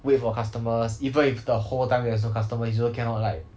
wait for customers even if the whole time there is no customers you also cannot like